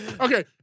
Okay